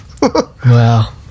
Wow